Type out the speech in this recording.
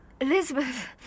Elizabeth